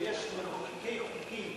וכשיש מחוקקי חוקים